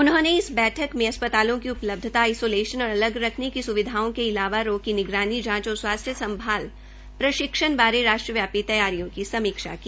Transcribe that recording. उन्होंने इस बैठक में अस्पतालों की उपलब्यता आईसोलेशन और अलग रखने की सुविधाओं के अलावा रोक की निगरानी जांच और स्वास्थ्य संभाल प्रशिक्षण बारे राष्ट्रव्यापी तैयारियों की समीक्षा की